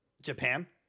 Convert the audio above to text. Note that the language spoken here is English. japan